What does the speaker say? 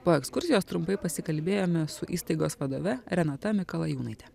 po ekskursijos trumpai pasikalbėjome su įstaigos vadove renata mikalajūnaite